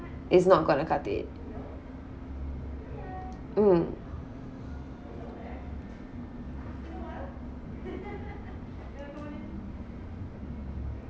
it's not going to cut it mm